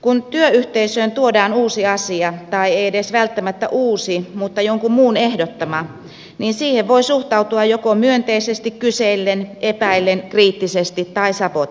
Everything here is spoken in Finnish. kun työyhteisöön tuodaan uusi asia tai ei edes välttämättä uusi mutta jonkun muun ehdottama niin siihen voi suhtautua joko myönteisesti kysellen epäillen kriittisesti tai sabotoiden